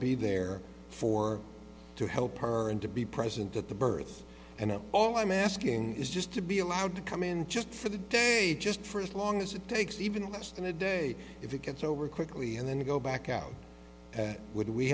be there for to help her and to be present at the birth and all i'm asking is just to be allowed to come in just for the day just for as long as it takes even less than a day if it gets over quickly and then go back out